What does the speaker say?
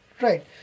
Right